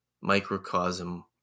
microcosm